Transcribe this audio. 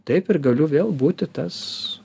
taip ir galiu vėl būti tas